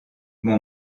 mon